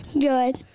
Good